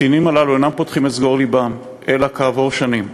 הקטינים האלה אינם פותחים את סגור לבם אלא כעבור שנים,